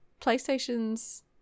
PlayStation's